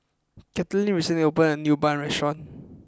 Caitlin recently opened a new Bun restaurant